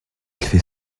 fait